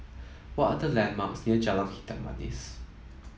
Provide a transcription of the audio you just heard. what are the landmarks near Jalan Hitam Manis